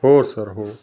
हो सर हो